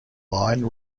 line